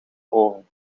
ogen